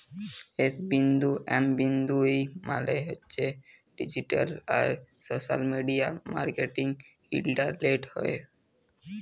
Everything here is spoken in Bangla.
এস বিন্দু এম বিন্দু ই মালে হছে ডিজিট্যাল আর সশ্যাল মিডিয়া মার্কেটিং ইলটারলেটে হ্যয়